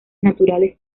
naturales